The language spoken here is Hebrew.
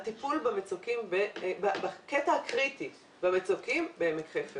יעלה הטיפול בקטע הקריטי במצוקים בעמק חפר